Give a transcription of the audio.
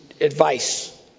advice